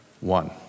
One